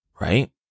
right